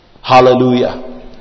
Hallelujah